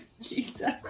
Jesus